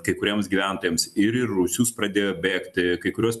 kai kuriems gyventojams ir į rūsius pradėjo bėgti kai kurios